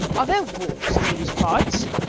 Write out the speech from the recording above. are there wolves in these parts?